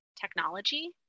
technology